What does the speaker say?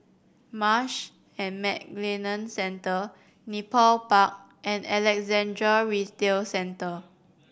Marsh and McLennan Centre Nepal Park and Alexandra Retail Centre